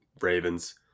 Ravens